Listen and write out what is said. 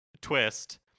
twist